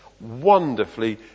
wonderfully